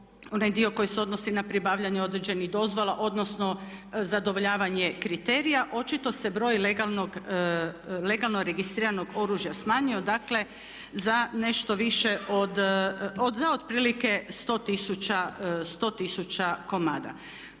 onaj dio koji se odnosi na pribavljanje određenih dozvola odnosno zadovoljavanje kriterija očito se broj legalno registriranog oružja smanjio, dakle za nešto više od, za